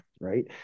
right